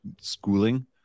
schooling